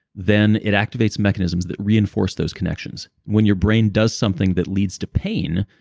then it activates mechanisms that reinforce those connections. when your brain does something that leads to pain,